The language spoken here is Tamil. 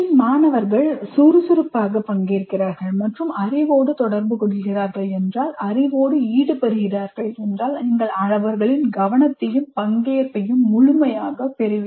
மாணவர்கள் சுறுசுறுப்பாக பங்கேற்கிறார்கள் மற்றும் அறிவோடு தொடர்பு கொள்கிறார்கள் என்றால் அறிவோடு ஈடுபடுகிறார்கள் என்றால் நீங்கள் அவர்களின் கவனத்தையும் பங்கேற்பையும் முழுமையாக பெறுவீர்கள்